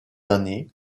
années